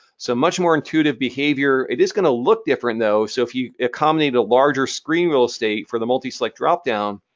so, much more intuitive behavior. behavior. it is going to look, different, though. so if you accommodate a larger screen real estate for the multi-select dropdown,